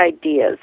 ideas